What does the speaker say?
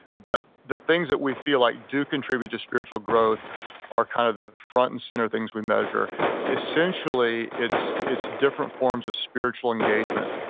but the things that we feel like do contribute to spiritual growth are kind of the front and center things we measure essentially it's it's different forms of spiritual engagement.